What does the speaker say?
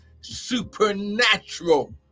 supernatural